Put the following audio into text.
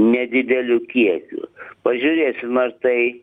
nedideliu kiekiu pažiūrėsim ar tai